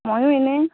ময়ো এনেই